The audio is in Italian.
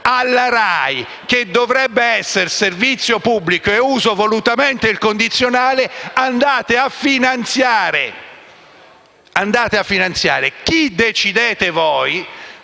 alla RAI (che dovrebbe essere servizio pubblico ed uso volutamente il condizionale), andate a finanziare chi decidete voi,